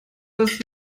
dass